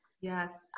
yes